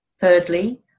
Thirdly